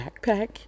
backpack